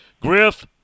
Griff